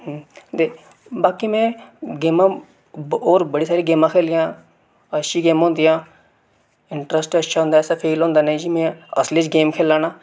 ते बाकी में गेमां होर बड़ी सारी गेमां खेढियां अच्छी गेमां होंदियां इंटरस्ट बी अच्छा होंदा ऐसा फील होंदा नेईं जे में असली च गेम खेला ना